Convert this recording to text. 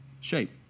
shape